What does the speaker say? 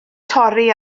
torri